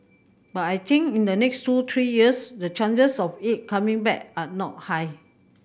but I think in the next two three years the chances of it coming back are not high